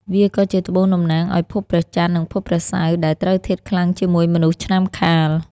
វាក៏ជាត្បូងតំណាងឱ្យភពព្រះចន្ទ និងភពព្រះសៅរ៍ ដែលត្រូវធាតុខ្លាំងជាមួយមនុស្សឆ្នាំខាល។